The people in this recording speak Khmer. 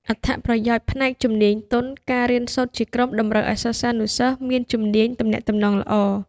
អត្ថប្រយោជន៍ផ្នែកជំនាញទន់ការរៀនសូត្រជាក្រុមតម្រូវឲ្យសិស្សានុសិស្សមាន ជំនាញទំនាក់ទំនង ល្អ។